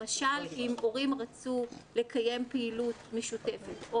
אם למשל הורים רצו לקיים פעילות משותפת.